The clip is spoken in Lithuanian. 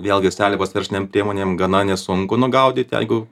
vėlgi seliavas verslinėm priemonėm gana nesunku nu gaudyt jeigu